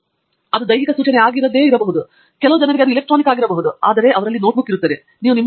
ಇದು ಈ ದಿನಗಳಲ್ಲಿ ದೈಹಿಕ ಸೂಚನೆಯಾಗಿರದೇ ಇರಬಹುದು ಇದು ಕೆಲವು ಜನರಿಗೆ ಎಲೆಕ್ಟ್ರಾನಿಕ್ ಆಗಿರಬಹುದು ಆದರೆ ಆ ನೋಟ್ಬುಕ್ ಇರುತ್ತದೆ ಮತ್ತು ಅದು ಭರಿಸಲಾಗುವುದಿಲ್ಲ